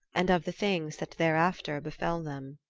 and of the things that thereafter befell them.